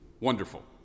wonderful